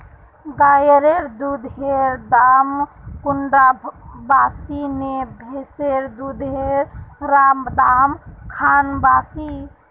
गायेर दुधेर दाम कुंडा बासी ने भैंसेर दुधेर र दाम खान बासी?